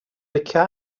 licio